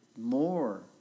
more